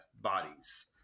bodies